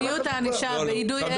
מדיניות הענישה ליידוי אבן בודדת -- לא,